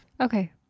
Okay